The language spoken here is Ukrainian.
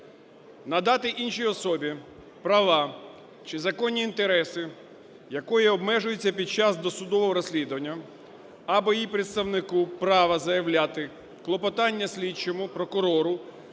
Надати іншій особі, права чи законні інтереси якої обмежуються під час досудового розслідування, або її представнику права заявляти клопотання слідчому прокурору